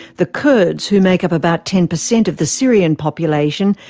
the kurds, who make up about ten percent of the syrian population,